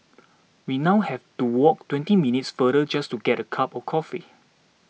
we now have to walk twenty minutes farther just to get a cup of coffee